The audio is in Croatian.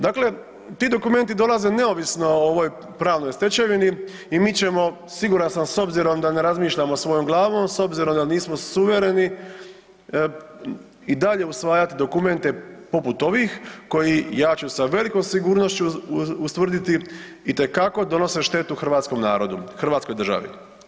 Dakle, ti dokumenti dolaze neovisno o ovoj pravnoj stečevini i mi ćemo siguran sam s obzirom da razmišljamo svojom glavom, s obzirom da nismo suvereni i dalje usvajat dokumente poput ovih koji, ja ću sa velikom sigurnošću ustvrditi, itekako donose štetu hrvatskom narodu i hrvatskoj državi.